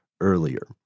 earlier